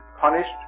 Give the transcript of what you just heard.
punished